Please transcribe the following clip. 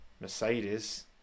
mercedes